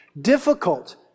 Difficult